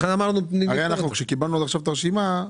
כשקיבלנו עכשיו את הרשימה,